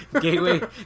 gateway